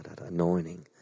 anointing